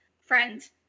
friends